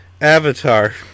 Avatar